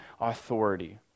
authority